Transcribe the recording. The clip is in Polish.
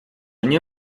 nie